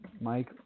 Mike